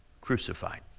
Crucified